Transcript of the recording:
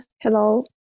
Hello